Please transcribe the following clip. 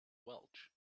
welch